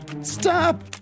Stop